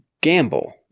gamble